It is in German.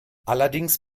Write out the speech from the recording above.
allerdings